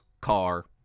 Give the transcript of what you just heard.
car